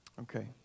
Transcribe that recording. Okay